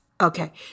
Okay